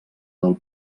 del